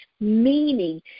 meaning